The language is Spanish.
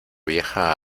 vieja